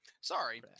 sorry